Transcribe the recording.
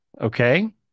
Okay